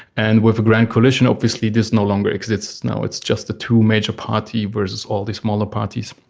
and with a grand coalition obviously this no longer exists now, it's just the two major parties versus all the smaller parties.